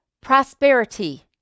prosperity